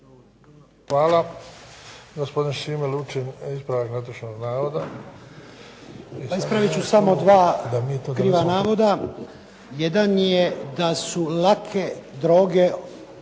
Hvala. Gospodin Šime Lučin, ispravak netočnog navoda. **Lučin, Šime (SDP)** Ispravit ću samo dva kriva navoda. Jedan je da su lake droge